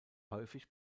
häufig